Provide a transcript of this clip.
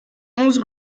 onze